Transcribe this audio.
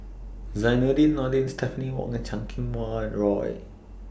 Zainudin Nordin Stephanie Wong and Chan Kum Wah Roy